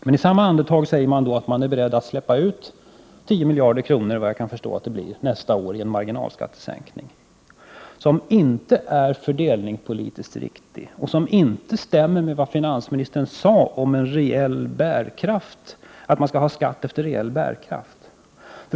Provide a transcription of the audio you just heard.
Men i samma andetag är man beredd att släppa ut 10 miljarder kronor — som jag kan förstå att det blir — nästa år i en marginalskattesänkning, som inte är fördelningspolitiskt riktig och som inte stämmer med vad finansministern sade om att det skall vara skatt efter reell bärkraft.